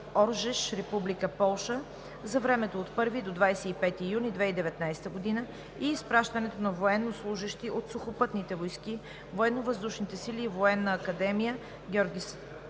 Ожеше, Република Полша, за времето от 1 до 25 юни 2019 г. и изпращането на военнослужещи от сухопътните войски,